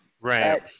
Right